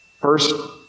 first